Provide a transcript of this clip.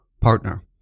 partner